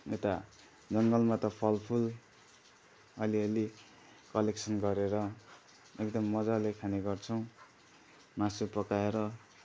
यता जङ्गलमा त फलफुल अलिअलि कलेक्सन गरेर एकदम मजाले खाने गर्छौँ मासु पकाएर